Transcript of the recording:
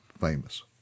famous